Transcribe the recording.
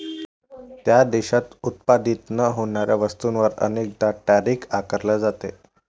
त्या देशात उत्पादित न होणाऱ्या वस्तूंवर अनेकदा टैरिफ आकारले जाते